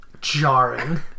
jarring